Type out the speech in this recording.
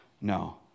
no